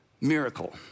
miracle